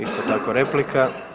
Isto tako replika.